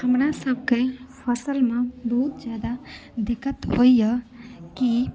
हमरा सबके फसल मे बहुत जादा दिक्कत होइया कि